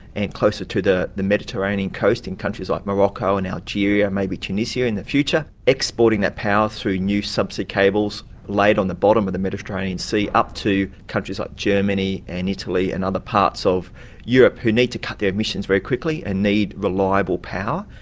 and closer to the the mediterranean coast, in countries like morocco and algeria, maybe tunisia in the future, exporting that power through new subsea cables, laid on the bottom of the mediterranean sea, up to countries like germany and italy and other parts of europe, who need to cut their emissions very quickly, and need reliable power,